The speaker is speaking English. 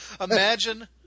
Imagine